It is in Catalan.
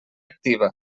activa